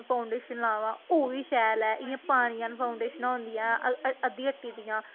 foundation लामां ओह् बी शैल ऐ इ'यां पानी जान फाउंडेशनां होंदियां अद्धी हट्टी दियां